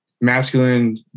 masculine